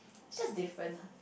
it's just different lah